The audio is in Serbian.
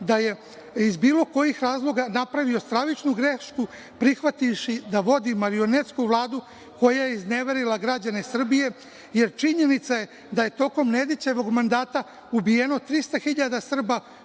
da je iz bilo kojih razloga napravio stravičnu grešku, prihvativši da vodi marionetsku Vladu, koja je izneverila građane Srbije, jer činjenica je da je tokom Nedićevog mandata ubijeno 300.000 Srba,